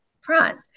front